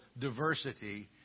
diversity